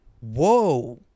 Whoa